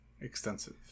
extensive